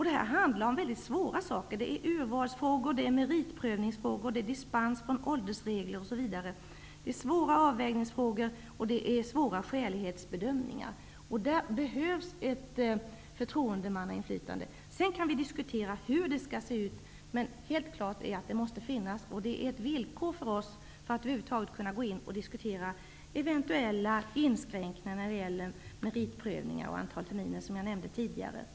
Det handlar om väldigt svåra saker: urvalsfrågor, meritprövningsfrågor, dispenser från åldersregler osv. Det är svåra avvägningsfrågor och svåra skälighetsbedömningar. Därför behövs ett förtroendemannainflytande. Sedan kan vi diskutera hur det här inflytandet skall se ut, men helt klart är att det måste finnas -- det är ett villkor för att vi över huvud taget skall diskutera eventuella inskränkningar när det gäller meritprövningar och antalet terminer, som jag tidigare nämnt.